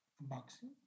boxing